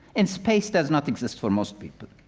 and space does not exist for most people.